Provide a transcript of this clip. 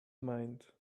mind